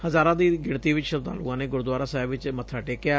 ਹਜ਼ਾਰਾਂ ਦੀ ਗਿਣਤੀ ਵਿਚ ਸ਼ਰਧਾਲੂਆਂ ਨੇ ਗੁਰਦੁਆਰਾ ਸਾਹਿਬ ਵਿਚ ਮੱਥਾ ਟੇਕਿਆ